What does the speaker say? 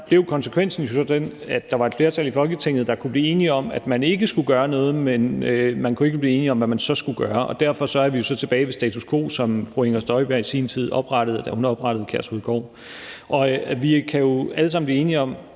Der blev konsekvensen jo så den, at der var et flertal i Folketinget, der kunne blive enige om, at man ikke skulle gøre noget. Men man kunne ikke blive enige om, hvad man så skulle gøre. Derfor er vi jo så tilbage ved status quo, som fru Inger Støjberg i sin tid oprettede, da hun oprettede Kærshovedgård. Vi kan jo alle sammen blive enige om,